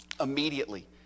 Immediately